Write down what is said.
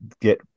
get